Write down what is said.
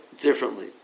differently